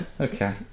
Okay